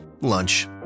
lunch